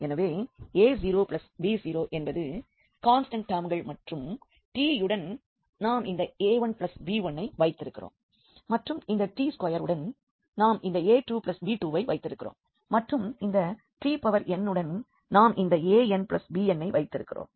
எனவே a0b0 என்பது constant டெர்ம்கள் மற்றும் t யுடன் நாம் இந்த a1b1 வை வைத்திருக்கிறோம் மற்றும் இந்த t2 உடன் நாம் இந்த a2b2 வை வைத்திருக்கிறோம் மற்றும் இந்த tn உடன் நாம் இந்த anbn வை வைத்திருக்கிறோம்